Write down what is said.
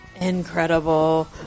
incredible